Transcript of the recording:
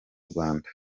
rwanda